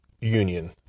union